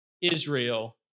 Israel